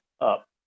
up